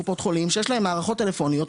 קופות חולים יש להם מערכות טלפוניות.